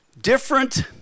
different